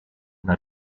una